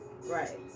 Right